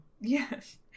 Yes